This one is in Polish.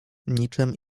niczem